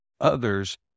others